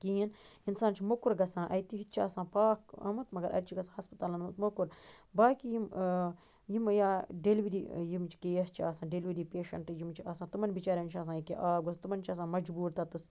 کِہیٖںٛی اِنساب چھُ موٚکُر گژھان اَتہِ یہِ تہِ چھُ آسان پاکھ آمُت مگر اَتہِ چھُ گژھان ہسپتالن منٛز موٚکُر باقٕے یِم آ یِم یا ڈیٚلِؤری یِم چھِ کیس چھِ آسان ڈیٚلِؤری پیٚشنٹ یِم چھِ آسان تمن بِچارین چھُ آسان ییٚکیاہ آب گوژھ تٔمن چھِ آسان مجبوٗر تَتیٚس